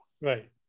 Right